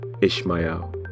ishmael